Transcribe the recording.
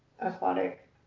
Aquatic